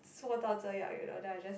做到这样 you know then I just